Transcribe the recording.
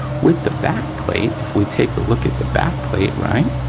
with the backplate, if we take a look at the backplate, right,